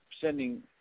sending